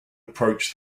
approach